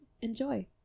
Enjoy